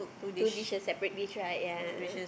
two dishes separate dish right yea